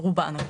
רובן הגדול.